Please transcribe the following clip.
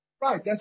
right